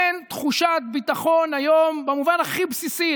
אין תחושת ביטחון היום במובן הכי בסיסי,